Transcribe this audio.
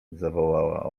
zawołała